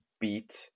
beat